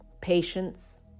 patience